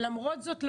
למרות זאת,